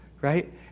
right